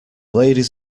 ladies